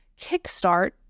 kickstart